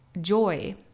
joy